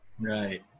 Right